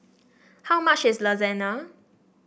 how much is Lasagna